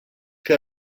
que